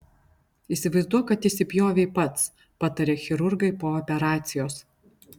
įsivaizduok kad įsipjovei pats pataria chirurgai po operacijos